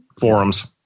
forums